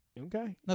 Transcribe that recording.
Okay